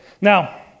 now